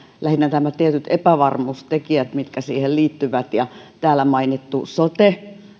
ja lähinnä nämä tietyt epävarmuustekijät mitkä siihen liittyvät täällä mainittu sote